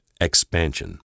Expansion